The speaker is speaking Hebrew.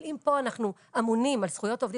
אבל אם פה אנחנו אמונים על זכויות עובדים